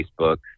Facebook